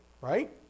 right